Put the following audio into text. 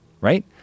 right